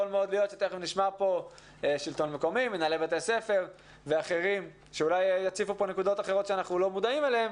נשמע כאן גורמים שאולי יציפו נקודות מסוימות שאנחנו לא מודעים להן,